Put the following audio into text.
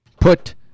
Put